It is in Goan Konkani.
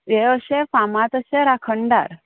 हे अशे फामाद अशे राखणदार